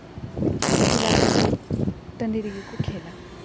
ᱴᱚᱞᱟ ᱨᱮᱱᱟᱜ ᱴᱟᱹᱰᱤ ᱨᱮᱜᱮ ᱠᱚ ᱠᱷᱮᱞᱟ